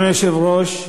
אדוני היושב-ראש,